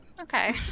okay